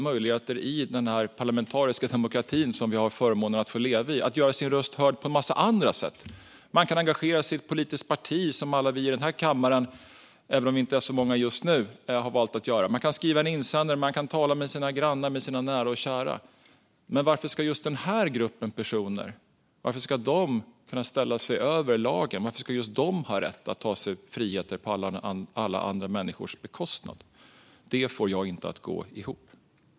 Men i den parlamentariska demokrati vi har förmånen att leva i finns det möjlighet att göra sin röst hör på en massa andra sätt. Man kan engagera sig politiskt, som alla vi i kammaren har valt att göra, man kan skriva insändare och man kan tala med sina grannar och nära och kära. Varför ska just denna grupp personer kunna ställa sig över lagen? Varför ska just de ha rätt att ta sig friheter på alla andras bekostnad? Det får jag inte ihop.